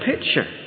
picture